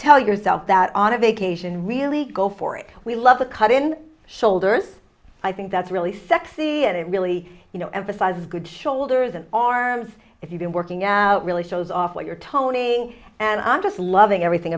tell yourself that on a vacation really go for it we love the cut in shoulders i think that's really sexy and it really you know emphasizes good shoulders and arms if you've been working really shows off what you're toning and i'm just loving everything